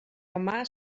romà